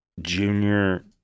junior